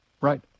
Right